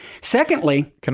Secondly